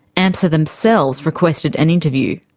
amsa themselves requested an interview.